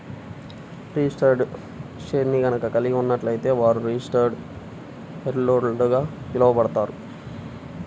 registered షేర్ని గనక కలిగి ఉన్నట్లయితే వారు రిజిస్టర్డ్ షేర్హోల్డర్గా పిలవబడతారు